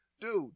Dude